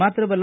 ಮಾತ್ರವಲ್ಲ